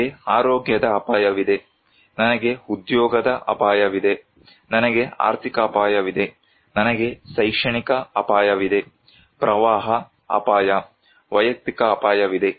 ನನಗೆ ಆರೋಗ್ಯದ ಅಪಾಯವಿದೆ ನನಗೆ ಉದ್ಯೋಗದ ಅಪಾಯವಿದೆ ನನಗೆ ಆರ್ಥಿಕ ಅಪಾಯವಿದೆ ನನಗೆ ಶೈಕ್ಷಣಿಕ ಅಪಾಯವಿದೆ ಪ್ರವಾಹ ಅಪಾಯ ವೈಯಕ್ತಿಕ ಅಪಾಯವಿದೆ